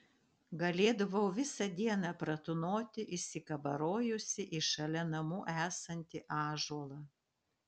galėdavau visą dieną pratūnoti įsikabarojusi į šalia namų esantį ąžuolą